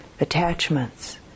attachments